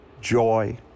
joy